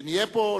שנהיה פה.